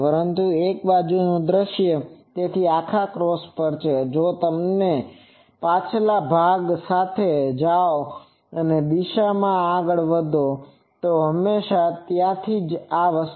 પરંતુ આ એક બાજુનું દૃશ્ય છે તેથી આખા ક્રોસ પર જો તમે તેના પાછલા ભાગ સાથે જાઓ અને આ દિશામાં આગળ વધો તો હંમેશાં ત્યાં આ છે